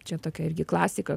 čia tokia irgi klasika